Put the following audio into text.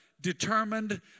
Determined